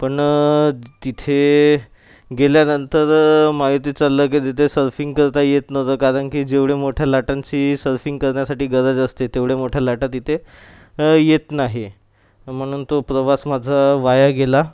पण तिथे गेल्यानंतर माहिती चाललं की तिथे सर्फिंग करता येत नव्हतं कारण की जेवढ्या मोठ्या लाटांची सर्फिंग करण्यासाठी गरज असते तेवढ्या मोठ्या लाटा तिथे येत नाही म्हणून तो प्रवास माझा वाया गेला